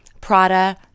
Prada